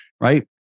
right